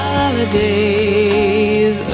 Holidays